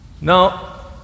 Now